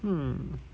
hmm